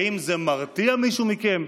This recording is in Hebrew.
האם זה מרתיע מישהו מכם?